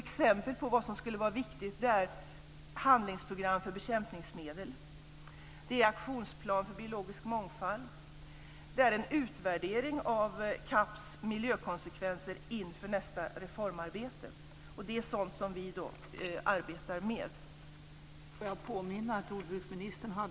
Exempel på vad som är viktigt är handlingsprogram för bekämpningsmedel, aktionsplan för biologisk mångfald, en utvärdering av CAP:s miljökonsekvenser inför nästa reformarbete. Det är sådant som vi arbetar med.